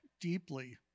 deeply